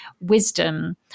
wisdom